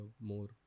more